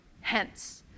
Hence